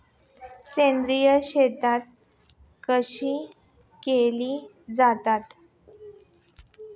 सेंद्रिय शेती कशी केली जाते?